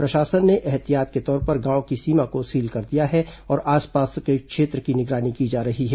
प्रशासन ने एहतियात के तौर पर गांव की सीमा को सील कर दिया है और आसपास क्षेत्र की निगरानी की जा रही है